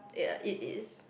ya it is